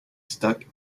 stuck